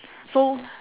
so